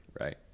Right